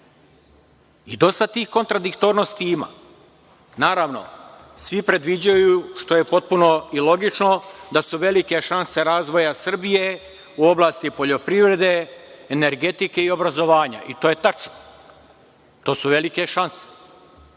Dosta tih kontradiktornosti ima. Naravno, svi predviđaju, što je potpuno logično, da su velike šanse razvoja Srbije u oblasti poljoprivrede, energetike i obrazovanja. To je tačno. To su velike šanse.